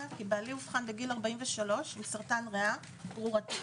כי בעלי אובחן בגיל 43 עם סרטן ריאה גרורתי.